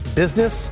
business